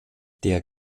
der